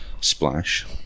splash